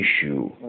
issue